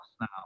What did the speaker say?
now